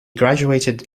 graduated